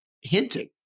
hinting